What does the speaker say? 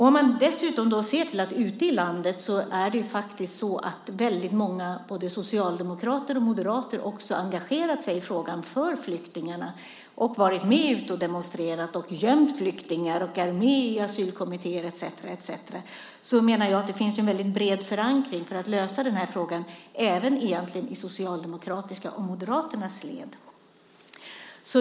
Om man dessutom ser till att det ute i landet är många både socialdemokrater och moderater som har engagerat sig i frågan för flyktingarna, som har varit med ute och demonstrerat och gömt flyktingar och är med i asylkommittéer etcetera, menar jag att det finns en bred förankring för att lösa den här frågan även i socialdemokratiska och moderata led.